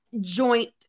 joint